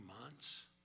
months